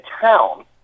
town